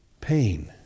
pain